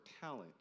talent